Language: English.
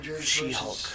She-Hulk